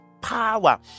power